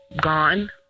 gone